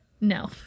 No